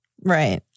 Right